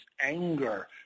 anger